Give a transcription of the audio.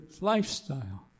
lifestyle